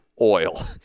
oil